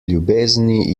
ljubezni